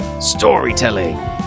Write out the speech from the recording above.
storytelling